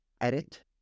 edit